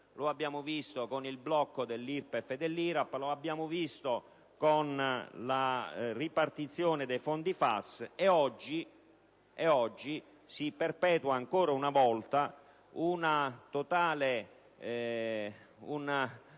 dell'ICI, con il blocco dell'IRPEF e dell'IRAP, e lo abbiamo visto con la ripartizione dei fondi FAS. Oggi si perpetua ancora una volta una totale